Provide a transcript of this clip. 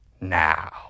now